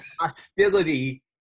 Hostility